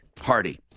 Hardy